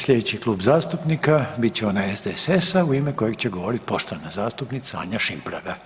Sljedeći kluba zastupnika bit će onaj SDSS-a u ime kojeg će govoriti poštovana zastupnica Anja Šimpraga.